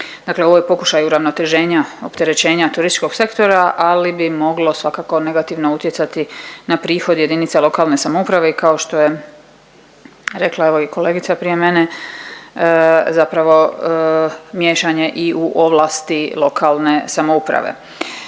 Dakle ovo je pokušaj uravnoteženja, opterećenja turističkog sektora, ali bi moglo svakako negativno utjecati na prihod jedinica lokalne samouprave i kao što je rekla evo i kolegica prije mene, zapravo miješanje i u ovlasti lokalne samouprave.